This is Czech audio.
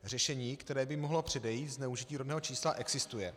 Řešení, které by mohlo předejít zneužití rodného čísla, existuje.